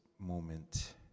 moment